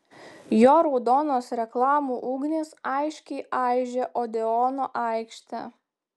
jo raudonos reklamų ugnys aštriai aižė odeono aikštelę